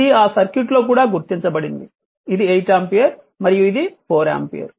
ఇది ఆ సర్క్యూట్లో కూడా గుర్తించబడింది ఇది 8 ఆంపియర్ మరియు ఇది 4 ఆంపియర్